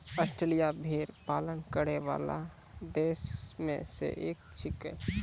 Australia भेड़ पालन करै वाला देश म सें एक छिकै